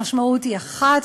המשמעות היא אחת: